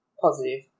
positive